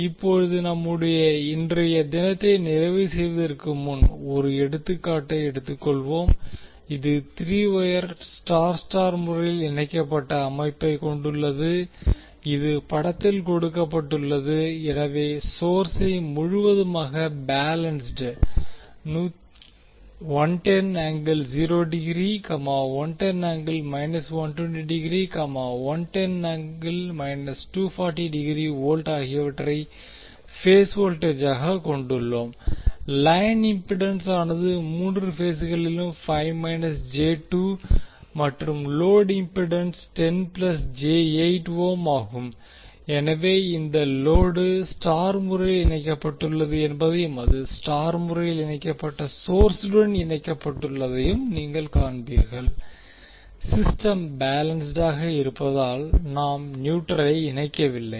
இப்போது நம்முடைய இன்றைய தினத்தை நிறைவுசெய்வதற்கு முன் ஒரு எடுத்துக்காட்டை எடுத்துக்கொள்வோம் இது த்ரீ வொயர் ஸ்டார் ஸ்டார் முறையில் இணைக்கப்பட்ட அமைப்பைக் கொண்டுள்ளது இது படத்தில் கொடுக்கப்பட்டுள்ளது எனவே சோர்ஸை முழுமையாக பேலன்ஸ்ட் 110∠0 ° 110∠ 120 ° 110∠ 240 ° வோல்ட் ஆகியவற்றை பேஸ் வோல்டேஜ் ஆக கொண்டுள்ளோம் லைன் இம்பிடன்ஸ் ஆனது மூன்று பேஸ்களிலும் 5 j2 மற்றும் லோடு இம்பிடன்ஸ் 10 j8 ஓம் ஆகும் எனவே இந்த லோடு ஸ்டார் முறையில் இணைக்கப்பட்டுள்ளது என்பதையும் அது ஸ்டார் முறையில் இணைக்கப்பட்ட சொர்ஸுடன் இணைக்கப்பட்டுள்ளதையும் நீங்கள் காண்பீர்கள் சிஸ்டம் பேலன்ஸ்ட் ஆக இருப்பதால் நாம் நியூட்ரலை இணைக்கவில்லை